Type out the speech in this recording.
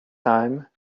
time